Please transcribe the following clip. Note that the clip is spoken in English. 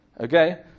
Okay